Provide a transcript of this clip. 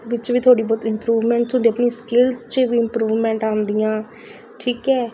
ਵਿੱਚ ਵੀ ਥੋੜ੍ਹੀ ਬਹੁਤ ਇੰਪਰੂਵਮੈਂਟ ਤੁਹਾਡੀ ਆਪਣੀ ਸਕਿਲ 'ਚ ਵੀ ਇਮਪਰੂਵਮੈਂਟ ਆਉਂਦੀਆਂ ਠੀਕ ਹੈ